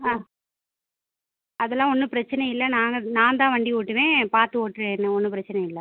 ஆ அதெல்லாம் ஒன்றும் பிரச்சனை இல்லை நாங்கள் நான் தான் வண்டி ஓட்டுவேன் பார்த்து ஓட்டுகிறேன் என்ன ஒன்றும் பிரச்சனை இல்லை